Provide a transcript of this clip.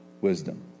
wisdom